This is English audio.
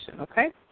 okay